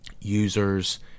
users